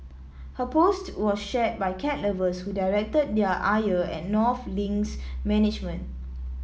her post was shared by cat lovers who directed their ire at North Link's management